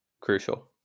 crucial